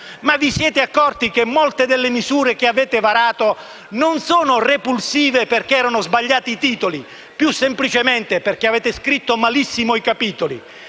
Vi siete accorti che molte delle misure che avete varato non sono repulsive perché erano sbagliati i titoli, ma più semplicemente perché avete scritto malissimo i capitoli?